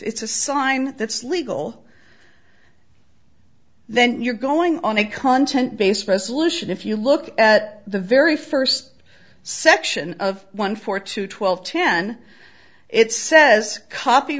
it's a sign that's legal then you're going on a content based resolution if you look at the very first section of one four to twelve ten it says copy